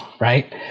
Right